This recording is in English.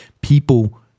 people